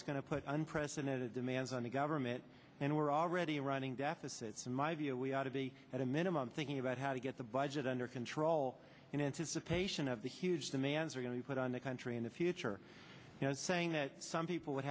it's going to put unprecedented demands on the government and we're already running deficits in my view we ought to be at a minimum thinking about how to get the budget under control in anticipation of the huge demands we're going to put on the country and if you sure you know it's saying that some people would